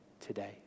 today